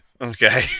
Okay